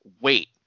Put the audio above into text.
wait